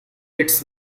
it’s